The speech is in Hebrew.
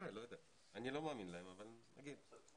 לא צריך, לא כל דבר צריך --- כולם צופים